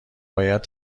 باید